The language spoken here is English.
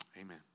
Amen